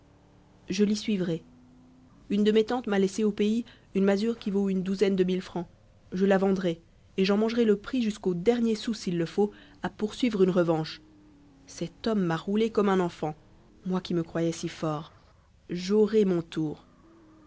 je l'y suivrai une de mes tantes m'a laissé au pays une masure qui vaut une douzaine de mille francs je la vendrai et j'en mangerai le prix jusqu'au dernier sou s'il le faut à poursuivre une revanche cet homme m'a roulé comme un enfant moi qui me croyais si fort j'aurai mon tour